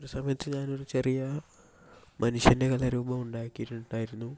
ഒരു സമയത്ത് ഞാൻ ഒരു ചെറിയ മനുഷ്യൻ്റെ കലാരൂപം ഉണ്ടാക്കിയിട്ട് ഉണ്ടായിരുന്നു